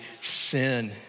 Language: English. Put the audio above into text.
sin